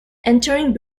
entering